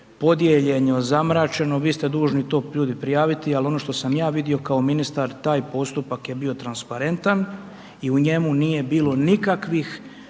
podijeljeno, zamračeno, vi ste dužni to, ljudi, prijaviti, ali ono što sam ja vidio, kao ministar, taj postupak je bio transparentan i u njemu nije bilo nikakvih